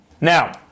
Now